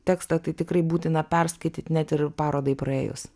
tekstą tai tikrai būtina perskaityt net ir parodai praėjus